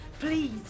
Please